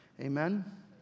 Amen